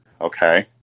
okay